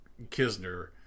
kisner